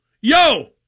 Yo